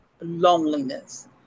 loneliness